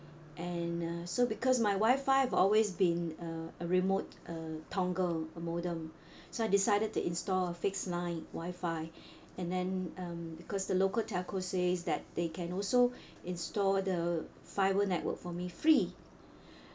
and uh so because my wifi have always been uh a remote a dongle a modem so I decided to install a fixed line wifi and then um because the local telco says that they can also install the fibre network for me free